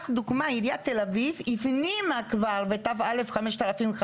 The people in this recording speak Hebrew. כך לדוגמה עיריית תל אביב הפנימה כבר בת.א 5500,